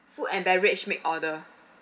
food and beverage make order